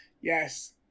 Yes